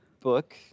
book